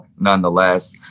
nonetheless